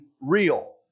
real